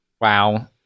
wow